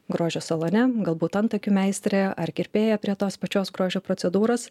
grožio salone galbūt antakių meistrė ar kirpėja prie tos pačios grožio procedūros